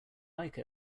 like